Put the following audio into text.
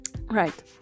right